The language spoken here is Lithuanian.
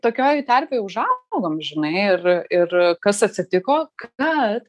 tokioj terpėj ažaugom žinai ir ir kas atsitiko kad